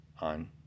on